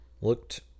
looked